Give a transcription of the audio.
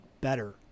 better